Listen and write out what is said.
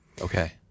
Okay